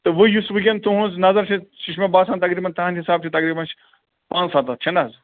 تہٕ وٕ یُس ونکٮ۪ن تُہٕنٛز نظر چھِ سُہ چھِ مےٚ باسان تقیٖبَن تہٕنٛد حِساب چھِ تقیٖبَن چھِ پَنٛژھ سَتَتھ چھنہٕ حظ